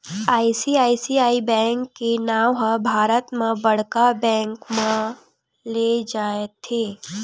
ICICI bank के नांव ह भारत म बड़का बेंक म लेय जाथे